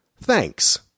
Thanks